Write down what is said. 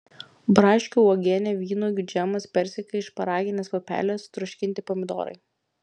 braškių uogienė vynuogių džemas persikai šparaginės pupelės troškinti pomidorai